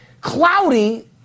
cloudy